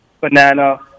banana